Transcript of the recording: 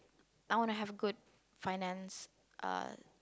I wanna have a good finance uh